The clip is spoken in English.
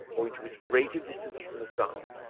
owing to its greater distance from the sun,